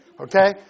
okay